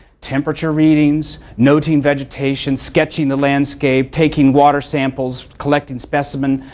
temperature readings, noting vegetation, sketching the landscape, taking water samples collecting specimen,